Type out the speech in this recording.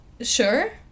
sure